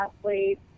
Athletes